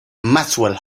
maxwell